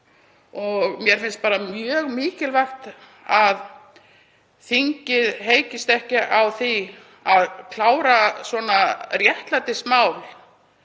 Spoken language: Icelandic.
Mér finnst mjög mikilvægt að þingið heykist ekki á því að klára svona réttlætismál